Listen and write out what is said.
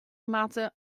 moatte